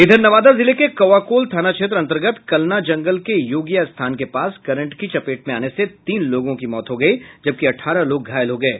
इधर नवादा जिले के कौआकोल थाना क्षेत्र अंतर्गत कलना जंगल के योगिया स्थान के पास करंट की चपेट में आने से तीन लोगों की मौत हो गयी जबकि अठारह लोग घायल हो गये